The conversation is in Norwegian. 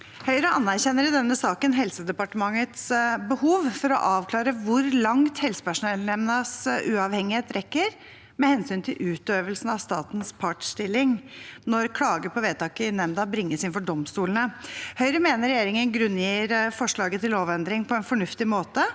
Høyre anerkjenner i denne saken Helse- og omsorgsdepartementets behov for å avklare hvor langt helsepersonellnemndas uavhengighet rekker med hensyn til utøvelsen av statens partsstilling når klager på vedtak i nemnda bringes inn for domstolene. Høyre mener regjeringen grunngir forslaget til lovendring på en fornuftig måte: